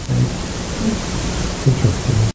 Interesting